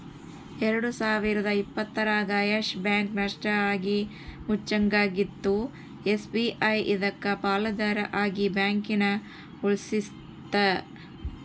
ಎಲ್ಡು ಸಾವಿರದ ಇಪ್ಪತ್ತರಾಗ ಯಸ್ ಬ್ಯಾಂಕ್ ನಷ್ಟ ಆಗಿ ಮುಚ್ಚಂಗಾಗಿತ್ತು ಎಸ್.ಬಿ.ಐ ಇದಕ್ಕ ಪಾಲುದಾರ ಆಗಿ ಬ್ಯಾಂಕನ ಉಳಿಸ್ತಿ